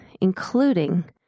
including